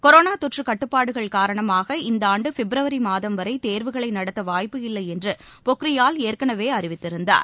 corona தொற்று கட்டுப்பாடுகள் காரணமாக இந்த ஆண்டு பிப்ரவரி மாதம் வரை தேர்வுகளை நடத்த வாய்ப்பு இல்லை என்று பொக்ரியால் ஏற்கெனவே அறிவித்திருந்தார்